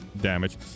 damage